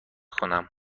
کنم